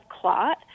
clot